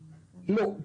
כלום,